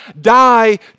die